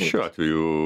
šiuo atveju